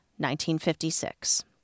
1956